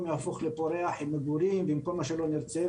יהפוך לפורח עם מגורים ועם כל מה שלא נרצה,